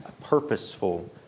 purposeful